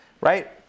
Right